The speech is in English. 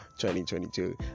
2022